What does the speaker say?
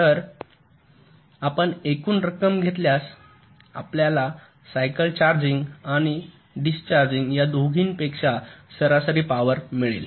तर आपण एकूण रक्कम घेतल्यास आपल्याला सायकल चार्जिंग आणि डिस्चार्जिंग या दोन्हीपेक्षा सरासरी पॉवर मिळेल